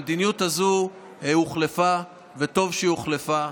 המדיניות הזו הוחלפה, וטוב שהיא הוחלפה,